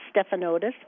Stephanotis